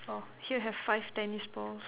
oh here have five tennis balls